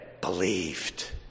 believed